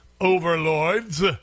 overlords